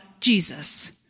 Jesus